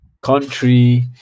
country